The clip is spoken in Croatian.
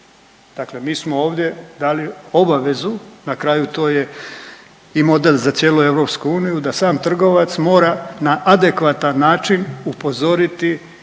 Dakle mi smo ovdje dali obavezu, na kraju to je i model za cijelu EU da sam trgovac mora na adekvatan način upozoriti i